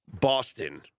Boston